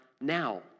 now